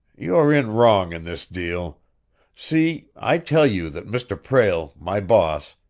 you're in wrong in this deal see? i tell you that mr. prale, my boss,